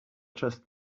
just